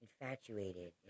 infatuated